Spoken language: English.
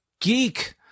geek